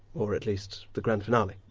or, at least, the grand finale.